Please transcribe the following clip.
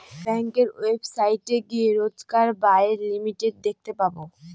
ব্যাঙ্কের ওয়েবসাইটে গিয়ে রোজকার ব্যায়ের লিমিট দেখতে পাবো